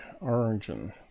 origin